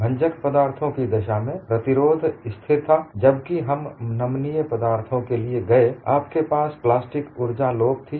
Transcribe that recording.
भंजक पदार्थों की दशा में प्रतिरोध स्थिर था जबकि जब हम नमनीय पदार्थों के लिए गए आपके पास प्लास्टिक उर्जा लोप थी